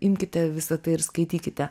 imkite visą tai ir skaitykite